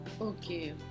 okay